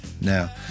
now